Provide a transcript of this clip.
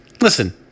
Listen